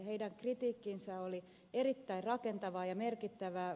heidän kritiikkinsä oli erittäin rakentavaa ja merkittävää